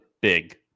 big